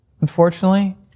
Unfortunately